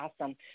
awesome